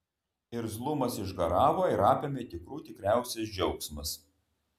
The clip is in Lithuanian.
irzlumas išgaravo ir apėmė tikrų tikriausias džiaugsmas